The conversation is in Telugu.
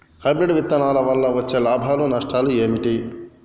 హైబ్రిడ్ విత్తనాల వల్ల వచ్చే లాభాలు నష్టాలు ఏమిటి?